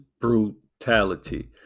brutality